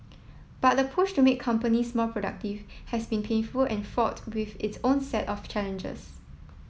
but the push to make companies more productive has been painful and fraught with its own set of challenges